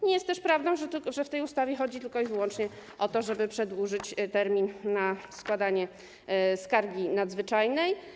Nie jest też prawdą, że w tej ustawie chodzi tylko i wyłącznie o to, żeby przedłużyć termin na składanie skargi nadzwyczajnej.